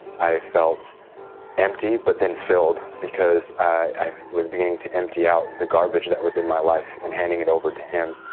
i felt empty but then filled because i was beginning to empty out the garbage that was in my life in handing it over to him.